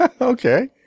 Okay